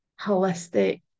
holistic